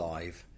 Live